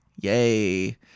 Yay